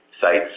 sites